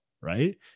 Right